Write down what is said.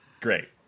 Great